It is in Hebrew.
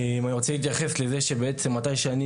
אני רוצה להתייחס לזה שבעצם מתי שאני